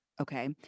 okay